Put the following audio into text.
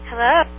Hello